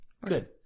Good